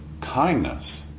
kindness